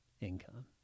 income